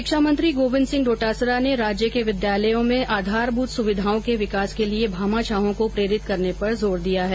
शिक्षा मंत्री गोविन्द सिंह डोटासरा ने राज्य के विद्यालयों में आधारमूत सुविधाओं के विकास के लिए भामाशाहों को प्रेरित करने पर जोर दिया है